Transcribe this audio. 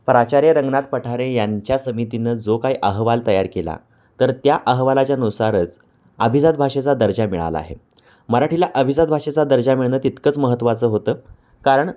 प्राचार्य रंगनाथ पठारे यांच्या समितीनं जो काही अहवाल तयार केला तर त्या अहवालाच्यानुसारच अभिजात भाषेचा दर्जा मिळाला आहे मराठीला अभिजात भाषेचा दर्जा मिळणं तितकंच महत्त्वाचं होतं कारण